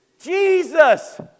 Jesus